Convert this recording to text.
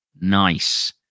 nice